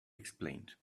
explained